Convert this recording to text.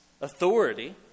authority